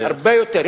הרבה יותר.